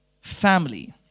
family